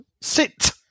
Sit